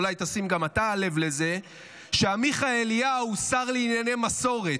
אולי תשים גם אתה לב לזה שעמיחי אליהו הוא שר לענייני מסורת.